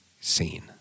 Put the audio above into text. seen